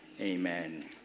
Amen